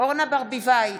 אורנה ברביבאי,